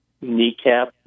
kneecap